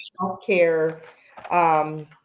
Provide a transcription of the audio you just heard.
healthcare